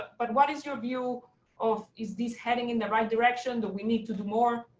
but what is your view of is this heading in the right direction, do we need to do more?